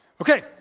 Okay